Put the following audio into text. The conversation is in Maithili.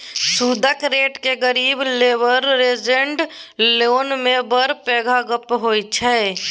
सुदक रेट केँ गिरब लबरेज्ड लोन मे बड़ पैघ गप्प होइ छै